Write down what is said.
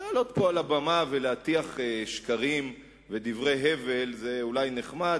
לעלות פה אל הבמה ולהטיח שקרים ודברי הבל זה אולי נחמד,